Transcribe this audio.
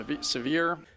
severe